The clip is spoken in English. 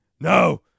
No